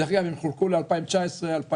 דרך אגב, הם חולקו ל-2019, 2020,